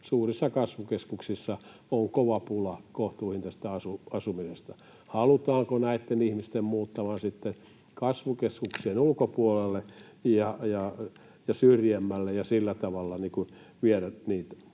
suurissa kasvukeskuksissa on kova pula kohtuuhintaisesta asumisesta. Halutaanko näitten ihmisten muuttavan sitten kasvukeskuksien ulkopuolelle ja syrjemmälle? Toisaalta sitten